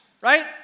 right